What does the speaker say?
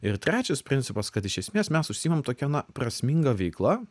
ir trečias principas kad iš esmės mes užsiimam tokia na prasminga veikla